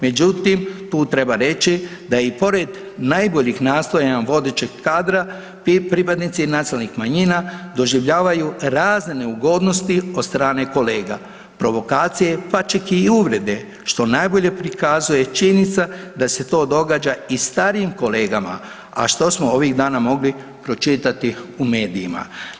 Međutim tu treba reći da i pored najboljih nastojanja vodećeg kadra ti pripadnici nacionalnih manjina doživljavaju razne neugodnosti od strane kolega, provokacije, pa čak i uvrede, što najbolje prikazuje činjenica da se to događa i starijim kolegama, a što smo ovih dana mogli pročitati u medijima.